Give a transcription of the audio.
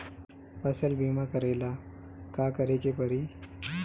फसल बिमा करेला का करेके पारी?